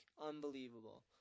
unbelievable